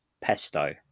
pesto